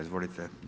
Izvolite.